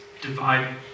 divide